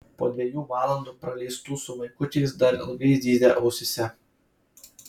po dviejų valandų praleistų su vaikučiais dar ilgai zyzė ausyse